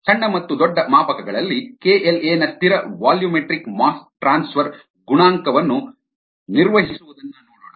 ಸಣ್ಣ ಮತ್ತು ದೊಡ್ಡ ಮಾಪಕಗಳಲ್ಲಿ KLa ನ ಸ್ಥಿರ ವಾಲ್ಯೂಮೆಟ್ರಿಕ್ ಮಾಸ್ ಟ್ರಾನ್ಸ್ಫರ್ ಗುಣಾಂಕವನ್ನು ನಿರ್ವಹಿಸುವುದನ್ನ ನೋಡೋಣ